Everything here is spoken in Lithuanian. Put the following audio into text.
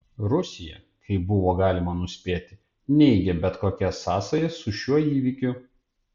rusija kaip buvo galima nuspėti neigė bet kokias sąsajas su šiuo įvykiu